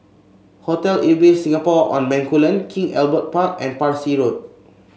Hotel Ibis Singapore On Bencoolen King Albert Park and Parsi Road